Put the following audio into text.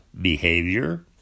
behavior